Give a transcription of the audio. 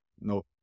no